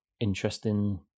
interesting